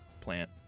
Plant